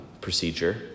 procedure